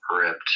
ripped